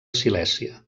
silèsia